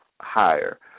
higher